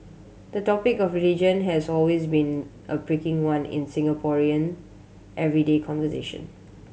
the topic of religion has always been a pricking one in Singaporean everyday conversation